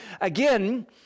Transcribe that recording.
Again